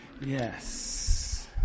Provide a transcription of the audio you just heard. Yes